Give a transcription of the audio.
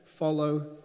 Follow